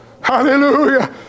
Hallelujah